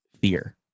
fear